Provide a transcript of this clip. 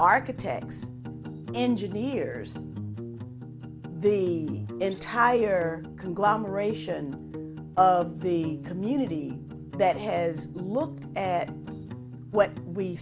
architects engineers the entire conglomeration of the community that has looked at what we